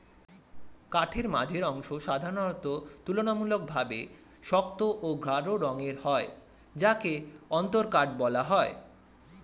কাঠের মাঝের অংশ সাধারণত তুলনামূলকভাবে শক্ত ও গাঢ় রঙের হয় যাকে অন্তরকাঠ বলা হয়